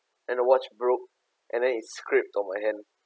and the watch broke and then it scraped on my hand